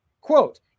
Quote